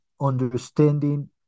understanding